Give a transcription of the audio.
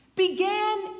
Began